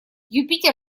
юпитер